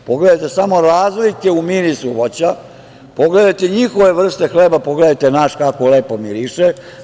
Pogledajte samo razlike u mirisu voća, pogledajte njihove vrste hleba, pogledajte naš kako lepo miriše.